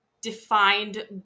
defined